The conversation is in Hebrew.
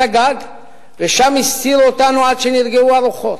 הגג ושם הסתירו אותנו עד שנרגעו הרוחות.